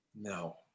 No